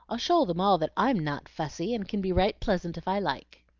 i'll show them all that i m not fussy, and can be right pleasant if i like.